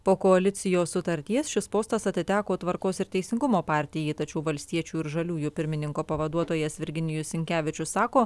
po koalicijos sutarties šis postas atiteko tvarkos ir teisingumo partijai tačiau valstiečių ir žaliųjų pirmininko pavaduotojas virginijus sinkevičius sako